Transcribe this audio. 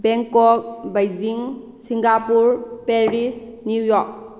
Bangkok Beijing Singapore Paris New York